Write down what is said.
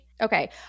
Okay